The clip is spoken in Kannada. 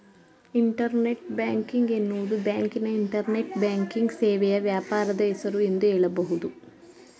ಇಂಟರ್ನೆಟ್ ಬ್ಯಾಂಕಿಂಗ್ ಎನ್ನುವುದು ಬ್ಯಾಂಕಿನ ಇಂಟರ್ನೆಟ್ ಬ್ಯಾಂಕಿಂಗ್ ಸೇವೆಯ ವ್ಯಾಪಾರದ ಹೆಸರು ಎಂದು ಹೇಳಬಹುದು